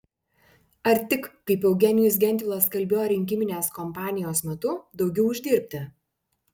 ar tik kaip eugenijus gentvilas kalbėjo rinkiminės kompanijos metu daugiau uždirbti